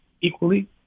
equally